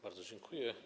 Bardzo dziękuję.